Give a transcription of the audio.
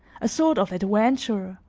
a sort of adventurer,